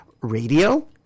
Radio